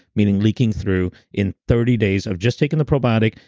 meaning leaking through in thirty days of just taking the probiotic,